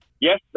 Yes